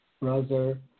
brother